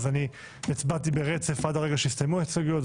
ואז הצבעתי ברצף עד הרגע שהסתיימו ההסתייגויות.